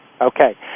Okay